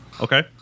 Okay